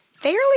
Fairly